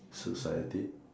society